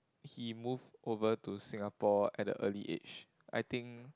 he move over to Singapore at a early age I think